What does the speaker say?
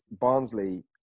Barnsley